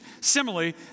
Similarly